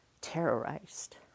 terrorized